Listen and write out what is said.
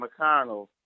McConnell